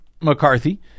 McCarthy